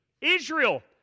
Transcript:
Israel